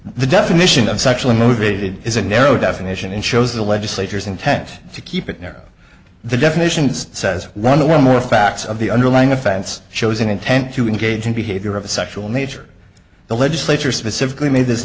the definition of sexually motivated is a narrow definition and shows the legislature's intent to keep it narrow the definition is says one or more facts of the underlying offense shows an intent to engage in behavior of a sexual nature the legislature specifically made this